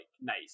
nice